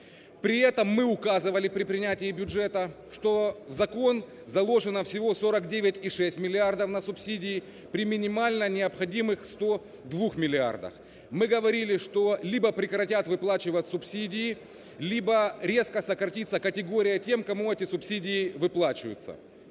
При этом мы указывали при принятии бюджета, что в закон заложено всего 49,6 миллиардов на субсидии при минимально необходимых 102 миллиардов. Мы говорили, что либо прекратят выплачивать субсидии, либо резко сократится категория тем, кому эти субсидии выплачиваются.